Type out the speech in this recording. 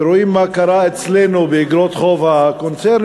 ורואים מה קרה אצלנו באיגרות החוב הקונצרניות,